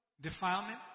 defilement